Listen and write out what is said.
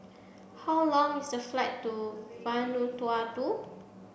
how long is the flight to Vanuatu